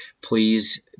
please